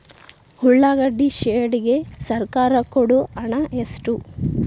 ಉಳ್ಳಾಗಡ್ಡಿ ಶೆಡ್ ಗೆ ಸರ್ಕಾರ ಕೊಡು ಹಣ ಎಷ್ಟು?